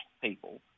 people